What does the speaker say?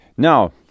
Now